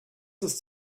ist